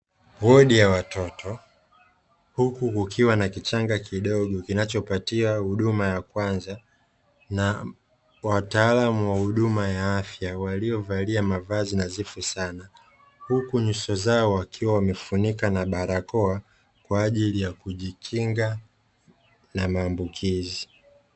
Wodi ya watoto, huku kukiwa na kichanga kidogo kinachopatia huduma ya kwanza, na wataalamu wa huduma ya afya waliovalia mavazi nazifi sana huku nyuso zao wakiwa wamefunika na barakoa kwa ajili ya kujikinga na maambukizi.